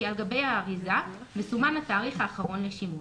כי על גבי אריזת התכשיר מסומן התאריך האחרון לשימוש.